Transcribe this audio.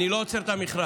אני לא עוצר את המכרז